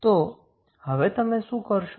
તો હવે તમે શુ કરશો